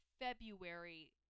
February-